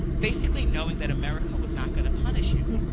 basically knowing that america was not going to punish him.